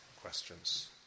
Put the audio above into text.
questions